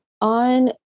on